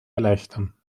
erleichtern